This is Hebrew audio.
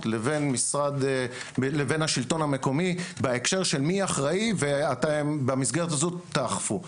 לבין השלטון המקומי בהקשר של מי אחראי ואתם במסגרת הזאת תאכפו.